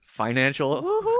financial